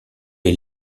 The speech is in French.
est